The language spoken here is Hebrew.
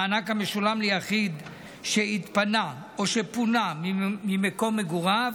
מענק המשולם ליחיד שהתפנה או שפונה ממקום מגוריו